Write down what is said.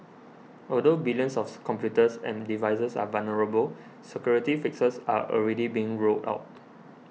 although billions of computers and devices are vulnerable security fixes are already being rolled out